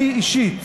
אני אישית,